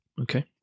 okay